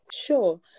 Sure